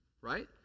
Right